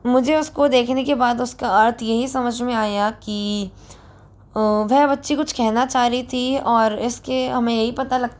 मुझे उसको देखने के बाद उसका अर्थ यही समझ में आया कि वह बच्ची कुछ कहना चाह रही थी और इसके हमें यही पता लगता है